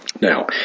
Now